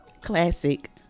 Classic